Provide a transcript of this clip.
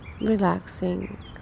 relaxing